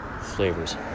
flavors